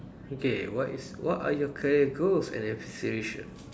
okay what is what are your career goals and aspiration